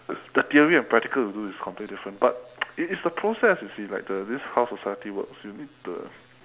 the theory and practical you do is completely different but it is the process you see like the this is how society works you need the